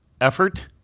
effort